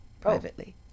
privately